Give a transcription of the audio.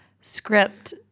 script